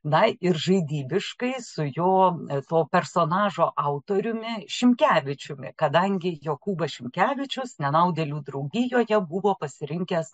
na ir žaidybiškai su jo to personažo autoriumi šimkevičiumi kadangi jokūbas šimkevičius nenaudėlių draugijoje buvo pasirinkęs